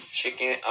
chicken